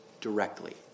directly